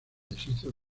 deshizo